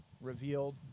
revealed